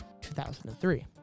2003